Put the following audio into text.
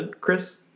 chris